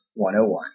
101